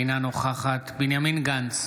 אינה נוכחת בנימין גנץ,